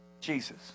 Jesus